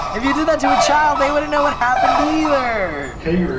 if you did that to a child, they wouldn't know what happened either. hey, ruby.